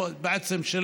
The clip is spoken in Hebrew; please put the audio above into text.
או בעצם של